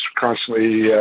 constantly